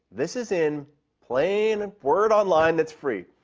this is in plain word online that's free.